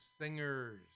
Singers